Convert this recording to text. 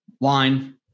line